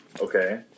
Okay